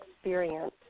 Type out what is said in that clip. experience